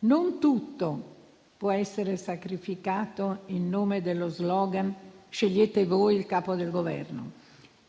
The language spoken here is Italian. Non tutto può essere sacrificato in nome dello *slogan* «scegliete voi il Capo del Governo»;